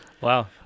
Wow